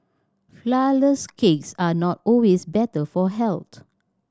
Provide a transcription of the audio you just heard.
flourless cakes are not always better for health